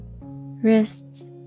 wrists